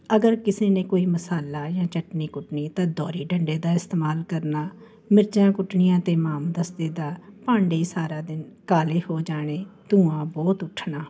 ਅਗਰ ਕਿਸੇ ਨੇ ਕੋਈ ਮਸਾਲਾ ਜਾਂ ਚਟਨੀ ਕੁੱਟਣੀ ਤਾਂ ਦੋਰੇ ਡੰਡੇ ਦਾ ਇਸਤੇਮਾਲ ਕਰਨਾ ਮਿਰਚਾਂ ਕੁੱਟਣੀਆਂ ਅਤੇ ਹਮਾਮਦਸਤੇ ਦਾ ਭਾਂਡੇ ਸਾਰਾ ਦਿਨ ਕਾਲੇ ਹੋ ਜਾਣੇ ਧੂੰਆਂ ਬਹੁਤ ਉੱਠਣਾ